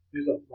తంగిరల నిజం